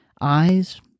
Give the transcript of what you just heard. eyes